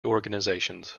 organizations